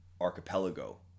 Archipelago